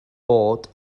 bod